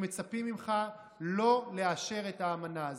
שמצפים ממך לא לאשר את האמנה הזאת,